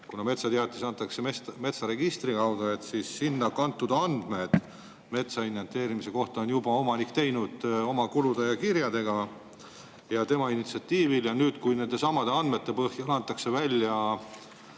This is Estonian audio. kuna metsateatis antakse metsaregistri kaudu, siis sinna kantud andmed metsa inventeerimise kohta on omanik juba esitanud oma kulu ja kirjadega ja oma initsiatiivil. Ja nüüd, kui nendesamade andmete põhjal antakse välja